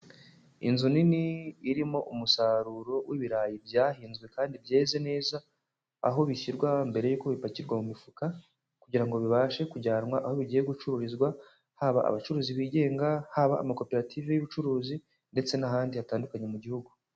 Inzu nini irimo umusaruro w'ibirayi byahinzwe kandi byeze neza, aho bishyirwa mbere y'uko bipakirwa mu mifuka kugira ngo bibashe kujyanwa aho bigiye gucururizwa, haba abacuruzi bigenga, haba amakoperative y'ubucuruzi ndetse n'ahandi hatandukanye mu gihugu.